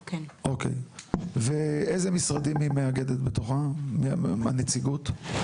אוקי, ואיזה משרדים היא מאגדת בתוכם, הנציגות?